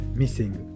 missing